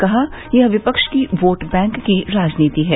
कहा यह विपक्ष की वोट बैंक की राजनीति है